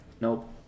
Nope